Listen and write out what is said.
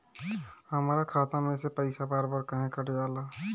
हमरा खाता में से पइसा बार बार काहे कट जाला?